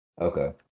Okay